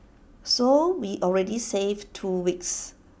so we already save two weeks